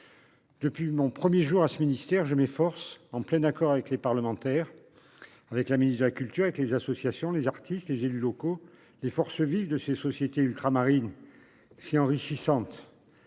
Depuis mon 1er jour à ce ministère. Je m'efforce en plein accord avec les parlementaires. Avec la ministre de la culture avec les associations, les artistes, les élus locaux, les forces vives de ces sociétés ultramarines. Si enrichissante.